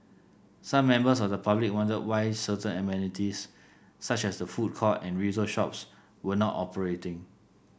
some members of the public wondered why certain amenities such as the food court and retail shops were not operating